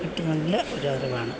കിട്ടി നല്ല ഒരു അറിവാണ്